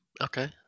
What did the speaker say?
okay